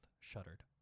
shuddered